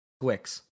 Twix